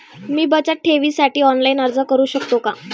मी बचत ठेवीसाठी ऑनलाइन अर्ज करू शकतो का?